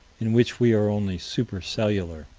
in which we are only super-cellular.